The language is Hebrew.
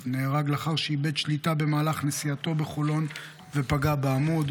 נהרג לאחר שאיבד שליטה במהלך נסיעתו בחולון ופגע בעמוד.